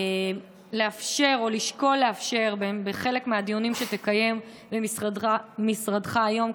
לאפשר או לשקול לאפשר בחלק מהדיונים שתקיים במשרדך היום,